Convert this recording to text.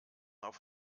auf